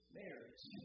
marriage